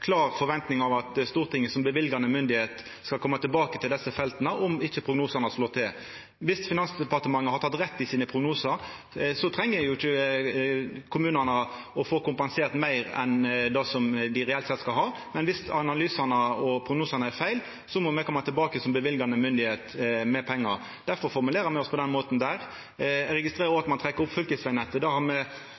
klar forventning om at Stortinget som løyvande myndigheit skal koma tilbake til desse felta om prognosane ikkje har slått til. Viss Finansdepartementet har hatt rett i sine prognosar, treng ikkje kommunane å få kompensert meir enn det som dei reelt sett skal ha, men viss analysane og prognosane er feil, må me som løyvande myndigheit koma tilbake med pengar. Derfor formulerer me oss på denne måten. Eg registrerer òg at ein trekkjer fram fylkesvegnettet.